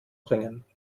bringen